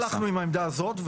אנחנו לא הלכנו בעמדה הזאת,